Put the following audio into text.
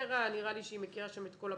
ור"ה, נראה לי שהיא מכירה שם את כל הפרטים,